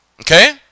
Okay